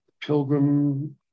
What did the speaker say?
pilgrim